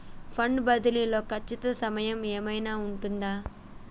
Funds బదిలీ లో ఖచ్చిత సమయం ఏమైనా ఉంటుందా?